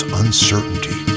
uncertainty